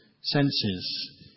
senses